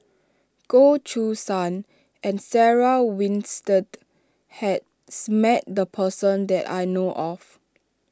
Goh Choo San and Sarah Winstedt has met the person that I know of